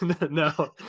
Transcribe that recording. no